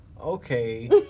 okay